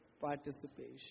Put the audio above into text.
participation